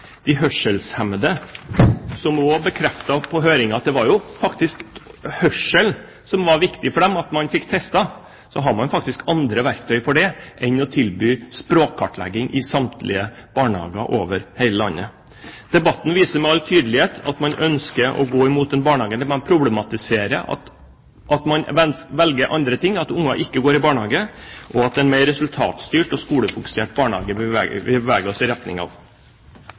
de hørselshemmede som bekreftet på høringen at det var hørselen det var viktig for dem at man fikk testet, så har man faktisk andre verktøy for det enn å tilby språkkartlegging i samtlige barnehager over hele landet. Debatten viser med all tydelighet at man ønsker å problematisere at noen velger andre ting – at barn ikke går i barnehage – og at det er en mer resultatstyrt og skolefokusert barnehage vi beveger oss i retning av.